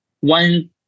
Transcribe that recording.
one